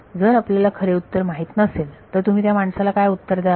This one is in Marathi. जर आपल्याला खरे उत्तर माहीत नसेल तर तुम्ही त्या माणसाला काय उत्तर द्याल